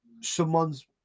someone's